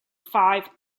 five